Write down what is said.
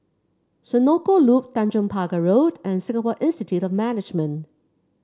Senoko Loop Tanjong Pagar Road and Singapore Institute of Management